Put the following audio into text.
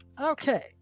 Okay